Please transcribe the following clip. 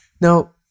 Now